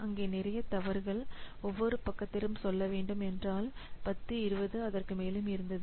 அங்கே நிறைய தவறுகள் ஒவ்வொரு பக்கத்திலும் சொல்ல வேண்டும் என்றால் 10 20 அதற்கு மேலும் இருந்தது